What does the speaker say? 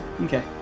Okay